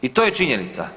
I to je činjenica.